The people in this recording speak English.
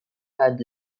had